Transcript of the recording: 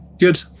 Good